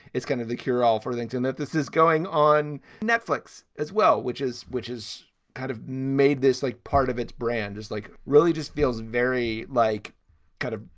it's kind of the cure all for things. and that this is going on netflix as well, which is which is kind of made this like part of its brand is like really just feels very like kind of,